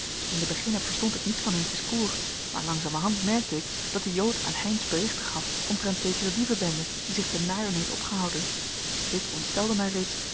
in den beginne verstond ik niets van hun discours maar langzamerhand merkte ik dat de jood aan heynsz berichten gaf omtrent zekere dievenbende die zich te naarden heeft opgehouden dit ontstelde mij